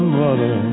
mother